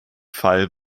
fall